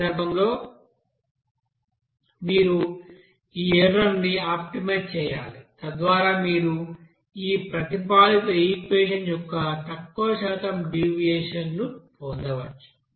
ఆ సందర్భంలో మీరు ఈ ఎర్రర్ ని ఆప్టిమైజ్ చేయాలి తద్వారా మీరు ఈ ప్రతిపాదిత ఈక్వెషన్ యొక్క తక్కువ శాతం డీవియేషన్ ని పొందవచ్చు